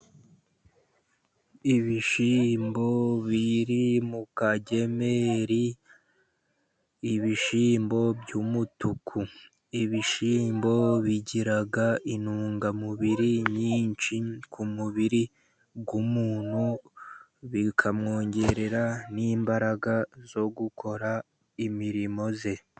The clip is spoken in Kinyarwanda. Ibishiyimbo biri mu kagemeri, ibishiyimbo by'umutuku. Ibishimbo bigira intungamubiri nyinshi ku mubiri w'umuntu, bikamwongerera n'imbaraga zo gukora imirimo ye.